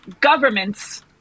governments